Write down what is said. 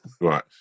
right